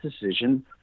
decision